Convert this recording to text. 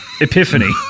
epiphany